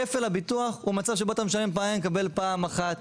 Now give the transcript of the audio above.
כפל הביטוח הוא מצב שבו אתה משלם פעמיים ומקבל פעם אחת.